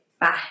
Bye